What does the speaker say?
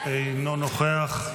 אינו נוכח,